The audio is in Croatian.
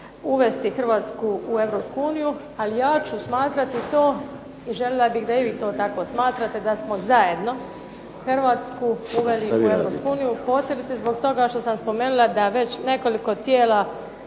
uvesti Hrvatsku u Europsku uniju, ali ja ću smatrati to i željela bih da i vi to tako smatrate da smo zajedno Hrvatsku uveli u Europsku uniju, posebice zbog toga što sam spomenula da već nekoliko tijela